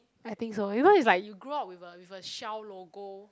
I think so even it's like you grow up with a with a shell logo